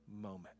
moment